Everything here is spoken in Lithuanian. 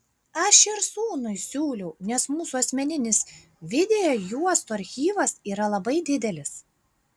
aš ir sūnui siūliau nes mūsų asmeninis video juostų archyvas yra labai didelis